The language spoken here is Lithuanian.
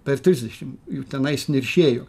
per trisdešim jų tenais niršėjo